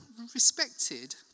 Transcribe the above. respected